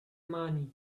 money